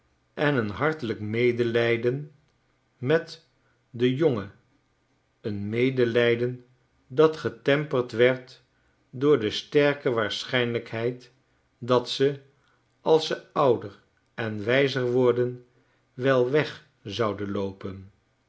en een hartelijk medelijden met de jongen eenmedelijden dat getemperd werd door de sterke waarschijnlijkheid dat ze als ze ouder en wijzer worden wel weg zouden loopen